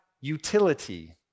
utility